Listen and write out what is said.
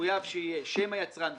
שמחויב שיהיה שם היצרן וחותמת,